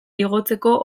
igotzeko